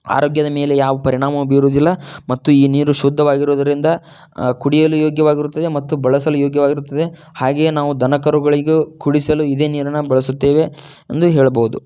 ಆರೋಗ್ಯದ ಮೇಲೆ ಯಾವ ಪರಿಣಾಮ ಬೀರೋದಿಲ್ಲ ಮತ್ತು ಈ ನೀರು ಶುದ್ದವಾಗಿರುವುದರಿಂದ ಕುಡಿಯಲು ಯೋಗ್ಯವಾಗಿರುತ್ತದೆ ಮತ್ತು ಬಳಸಲು ಯೋಗ್ಯವಾಗಿರುತ್ತದೆ ಹಾಗೆಯೇ ನಾವು ದನ ಕರುಗಳಿಗೂ ಕುಡಿಸಲು ಇದೇ ನೀರನ್ನು ಬಳಸುತ್ತೇವೆ ಎಂದು ಹೇಳಬಹುದು